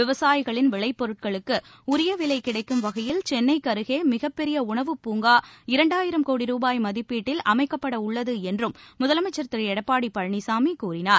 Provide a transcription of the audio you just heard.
விவசாயிகளின் விளை பொருட்களுக்கு உரிய விலை கிடைக்கும் வகையில் சென்னைக்கருகே மிகப்பெரிய உணவுப் பூங்கா இரண்டாயிரம் கோடி ரூபாய் மதிப்பீட்டில் அமைக்கப்பட உள்ளது என்றும் முதலமைச்சர் திரு எடப்பாடி பழனிசாமி கூறினார்